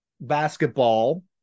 basketball